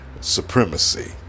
supremacy